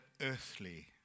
earthly